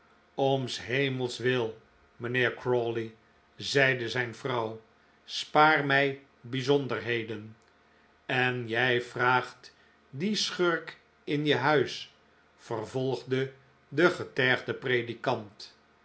om s hemels wil mijnheer crawley zeide zijn vrouw spaar mij bijzonderheden en jij vraagt dien schurk in je huis vervolgde de getergde predikant